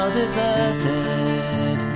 deserted